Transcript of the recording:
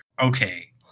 Okay